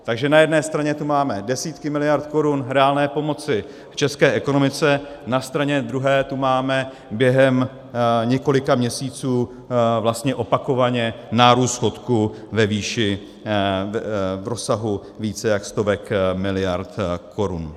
Takže na jedné straně tu máme desítky miliard korun reálné pomoci české ekonomice, na straně druhé tu máme během několika měsíců vlastně opakovaně nárůst schodku v rozsahu více jak stovek miliard korun.